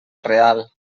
real